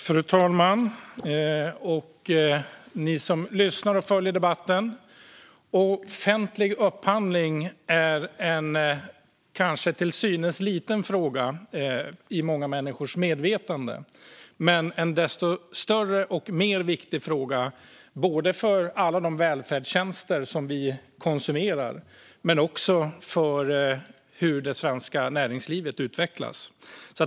Fru talman och ni som lyssnar på och följer debatten! Offentlig upphandling är kanske en till synes liten fråga i många människors medvetande, men det är en desto större och viktigare fråga både för alla de välfärdstjänster vi konsumerar och för hur det svenska näringslivet utvecklas.